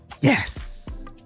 Yes